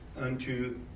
unto